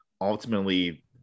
ultimately